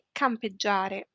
campeggiare